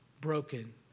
broken